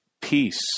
peace